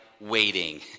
waiting